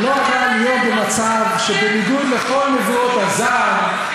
לא קל, לא קל להיות במצב שבניגוד לכל נבואות הזעם,